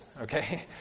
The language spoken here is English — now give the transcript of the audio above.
okay